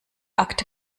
akte